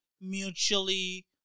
mutually